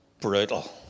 brutal